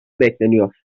bekleniyor